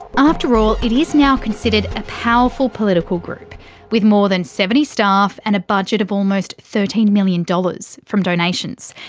after all, it is now considered a powerful political group with more than seventy staff and a budget of almost thirteen million dollars from donations.